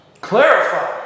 clarify